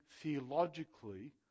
theologically